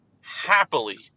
happily